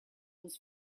was